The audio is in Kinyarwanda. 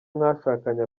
mwashakanye